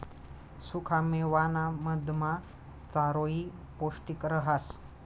सुखा मेवाना मधमा चारोयी पौष्टिक रहास